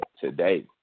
today